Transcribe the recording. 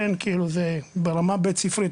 כאילו זה ברמה בית ספרית,